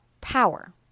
power